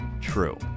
True